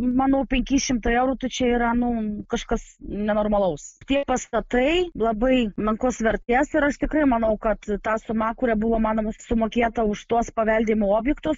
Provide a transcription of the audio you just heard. manau penki šimtai eurų tai čia yra nu kažkas nenormalaus tie pastatai labai menkos vertės ir aš tikrai manau kad ta suma kurią buvo mano sumokėta už tuos paveldimo objektus